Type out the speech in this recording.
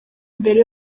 mbere